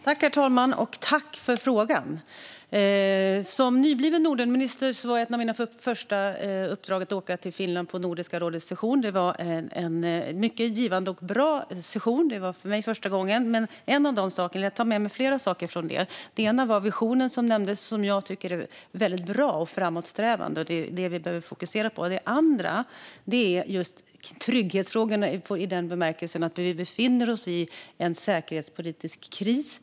Herr talman! Jag tackar för frågan. Som nybliven Nordenminister var ett av mina första uppdrag att åka till Finland på Nordiska rådets session. Det var en mycket givande och bra session. Det var första gången för mig. Jag tar med mig flera saker från den sessionen. Det ena är den vision som nämndes och som jag tycker är väldigt bra och framåtsträvande. Det andra som vi behöver fokusera på är trygghetsfrågor i den bemärkelsen att vi befinner oss i en säkerhetspolitisk kris.